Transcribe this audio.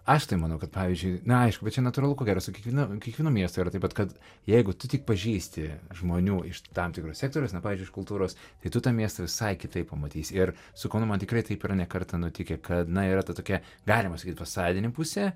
aš tai manau kad pavyzdžiui na aišku bet čia natūralu ko gero su kiekvienu kiekvienu miestu ir taip bet kad jeigu tu tik pažįsti žmonių iš tam tikro sektoriaus na pavyzdžiui iš kultūros tai tu tą miestą visai kitaip pamatysi ir su kaunu man tikrai taip yra ne kartą nutikę kad na yra ta tokia galima sakyt fasadinė pusė